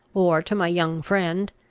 or to my young friend,